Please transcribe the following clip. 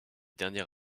dernier